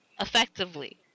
effectively